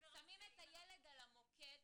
שמים את הילד על המוקד,